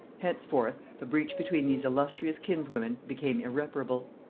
henceforth the breach between these illustrious kinswomen became irreparable.